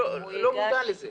לא מודע לזה.